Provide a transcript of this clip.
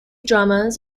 dramas